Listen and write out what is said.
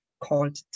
called